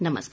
नमस्कार